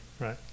Right